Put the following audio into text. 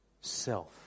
self